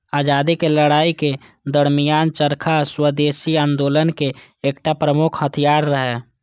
आजादीक लड़ाइ के दरमियान चरखा स्वदेशी आंदोलनक एकटा प्रमुख हथियार रहै